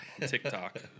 TikTok